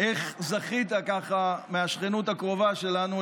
איך זכית מהשכנות הקרובה שלנו,